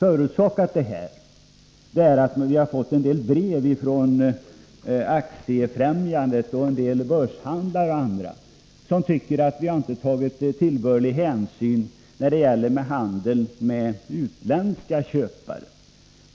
Orsaken till detta är tydligen att Aktiefrämjandet och börshandlare har hört av sig och tyckt att vi inte tagit tillbörlig hänsyn till utländska köpare.